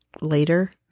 later